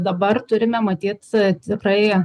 dabar turime matyt e tikrai